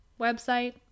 Website